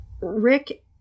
Rick